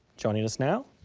joining us now,